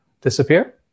disappear